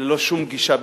ללא שום גישה ביקורתית,